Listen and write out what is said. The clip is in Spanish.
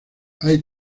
hay